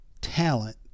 talent